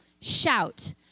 shout